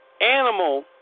animal